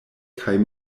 kaj